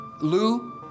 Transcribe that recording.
Lou